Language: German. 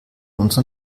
unseren